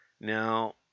Now